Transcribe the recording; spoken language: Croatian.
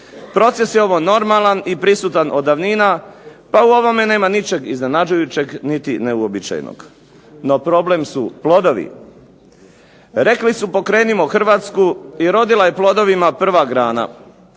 Proces je ovo normalan i prisutan odavnina, pa u ovome nema ničeg iznenađujućeg niti neuobičajenog. No, problem su plodovi. Rekli su pokrenimo Hrvatsku i rodila je plodovima prva grana.